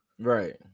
right